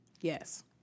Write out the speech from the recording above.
Yes